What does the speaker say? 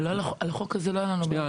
אבל על החוק הזה לא היו לנו בעיות.